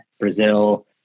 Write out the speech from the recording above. Brazil